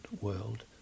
world